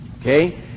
Okay